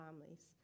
families